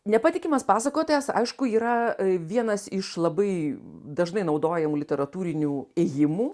nepatikimas pasakotojas aišku yra vienas iš labai dažnai naudojamų literatūrinių ėjimų